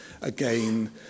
again